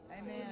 Amen